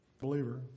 believer